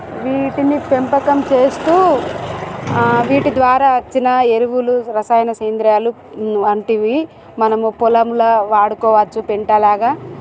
వీటిని పెంపకం చేస్తు వీటి ద్వారా వచ్చిన ఎరువులు రసాయన సేంద్రీయాలు వంటివి మనము పొలంలో వాడుకోవచ్చు పెంటలాగ